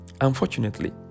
Unfortunately